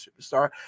superstar